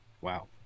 Wow